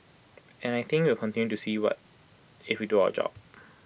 and I think we'll continue to see what if we do our job